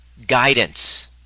Guidance